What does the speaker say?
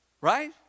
right